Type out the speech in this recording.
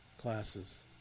classes